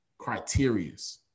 criterias